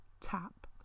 tap